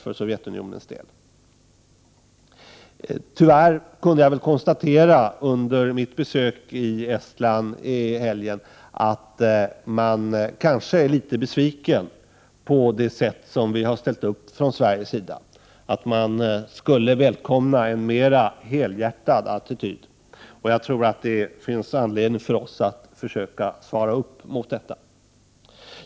Under mitt besök i Estland i helgen kunde jag tyvärr konstatera att man kanske är litet besviken på det sätt som vi från Sveriges sida har ställt upp, att man skulle välkomna ett mera helhjärtat stöd. Det finns anledning för oss att försöka svara upp mot detta.